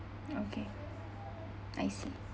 okay I see